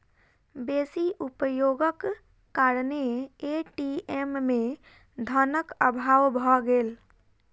बेसी उपयोगक कारणेँ ए.टी.एम में धनक अभाव भ गेल